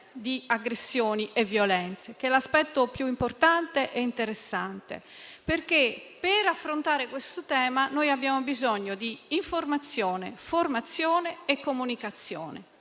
di aggressioni e violenze, che è l'aspetto più importante e interessante. Per affrontare questo tema abbiamo bisogno di informazione, formazione e comunicazione: